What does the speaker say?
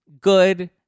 Good